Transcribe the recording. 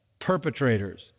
perpetrators